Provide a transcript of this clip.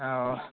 औ औ